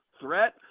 threat